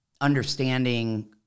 understanding